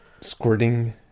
squirting